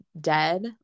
dead